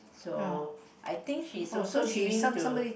so I think she's also giving to